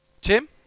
Tim